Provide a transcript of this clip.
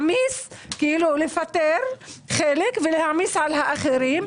לפטר חלק ולהעמיס על אחרים,